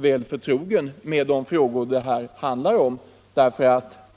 väl förtrogen med de spörsmål som det här handlar om.